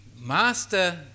master